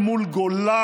אל מול גולן,